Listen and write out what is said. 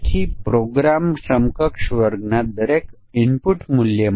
હવે સમકક્ષતા વર્ગોના માન્ય સેટ જોઇયે